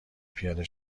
پیاده